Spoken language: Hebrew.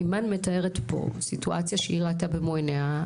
אימאן מתארת פה סיטואציה שהיא ראתה במו עיניה,